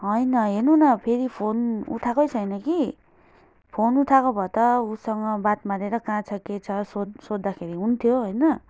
होइन हेर्नु न फेरि फोन उठाएकै छैन कि फोन उठाएको भए त उसँग बात मारेर कहाँ छ के छ सोध् सोध्दाखेरि हुन्थ्यो होइन